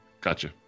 Gotcha